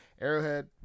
Arrowhead